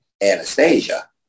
Anastasia